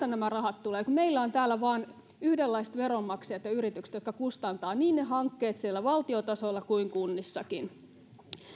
nämä rahat tulevat kun meillä on täällä vain yhdenlaiset veronmaksajat ja yritykset jotka kustantavat niin ne hankkeet siellä valtion tasolla kuin kunnissakin